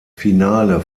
finale